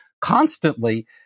constantly